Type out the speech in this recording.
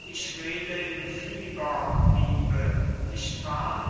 ich rede im fieber liebe nicht wahr